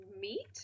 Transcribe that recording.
meat